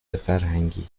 فرهنگی